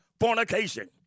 fornication